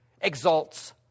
exalts